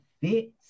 fits